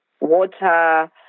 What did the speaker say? water